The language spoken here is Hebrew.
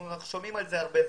אנחנו שומעים על זה הרבה זמן.